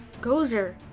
Gozer